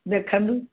ଦେଖାନ୍ତୁ